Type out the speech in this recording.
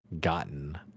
gotten